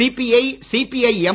CBI CPI M